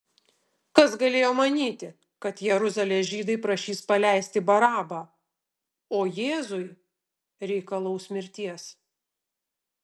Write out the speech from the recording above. kas galėjo manyti kad jeruzalės žydai prašys paleisti barabą o jėzui reikalaus mirties